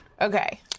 Okay